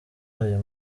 aya